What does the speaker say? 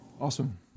Awesome